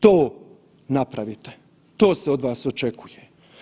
To napravite, to se od vas očekuje.